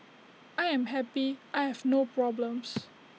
I am happy I have no problems